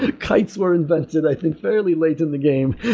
ah kites were invented i think fairly late in the game.